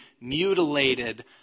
mutilated